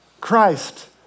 Christ